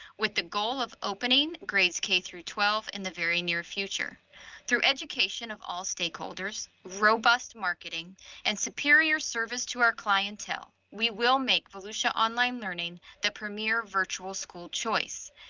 with the goal of opening grades k through twelve in the very near future through education of all stakeholders, robust marketing and superior service to our clientele, we will make felicia online learning the premier virtual school choice.